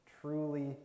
truly